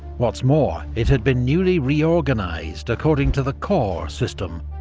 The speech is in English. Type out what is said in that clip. what's more, it had been newly reorganised according to the corps system,